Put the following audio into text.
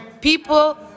people